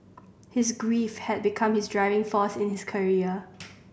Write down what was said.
his grief had become his driving force in his career